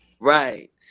Right